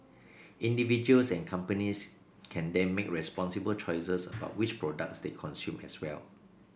individuals and companies can then make responsible choices about which products they consume as well